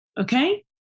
Okay